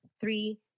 three